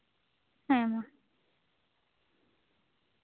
ᱦᱮᱸ ᱢᱟ